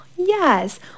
Yes